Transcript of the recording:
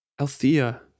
Althea